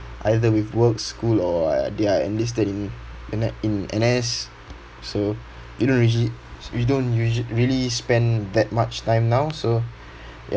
either with work school or they're enlisted in in a in N_S so we don't usually we don't really spend that much time now so